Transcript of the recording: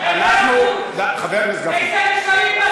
חבר הכנסת גפני,